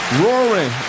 roaring